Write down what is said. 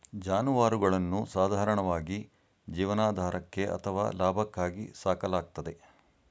ಜಾನುವಾರುಗಳನ್ನು ಸಾಧಾರಣವಾಗಿ ಜೀವನಾಧಾರಕ್ಕೆ ಅಥವಾ ಲಾಭಕ್ಕಾಗಿ ಸಾಕಲಾಗ್ತದೆ